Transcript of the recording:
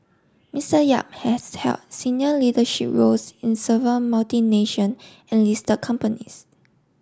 Mister Yap has held senior leadership roles in server multi nation and list their companies